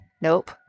nope